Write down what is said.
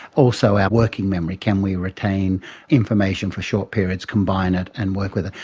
also our working memory, can we retain information for short periods, combine it and work with it.